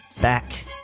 back